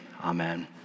amen